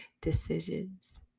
decisions